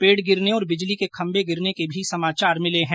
paid गिरने और बिजली के खम्भे गिरने के भी समाचार मिले है